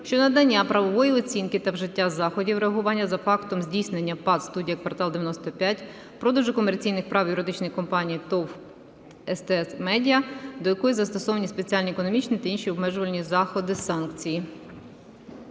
щодо надання правової оцінки та вжиття заходів реагування за фактом здійснення ПАТ "Студія Квартал-95" продажу комерційних прав юридичній компанії ТОВ "СТС Медіа", до якої застосовані спеціальні економічні та інші обмежувальні заходи (санкції).